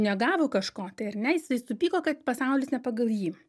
negavo kažko tai ar ne jisai supyko kad pasaulis ne pagal jį